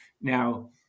Now